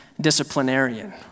disciplinarian